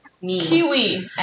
Kiwi